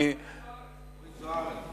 גם אורית זוארץ.